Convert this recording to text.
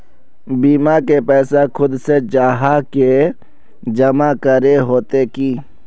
बीमा के पैसा खुद से जाहा के जमा करे होते की?